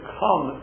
come